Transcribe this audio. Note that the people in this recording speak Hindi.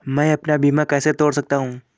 मैं अपना बीमा कैसे तोड़ सकता हूँ?